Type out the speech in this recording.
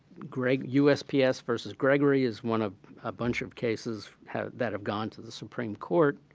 greg usps versus gregory is one of a bunch of cases have that have gone to the supreme court.